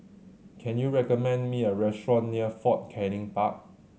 can you recommend me a restaurant near Fort Canning Park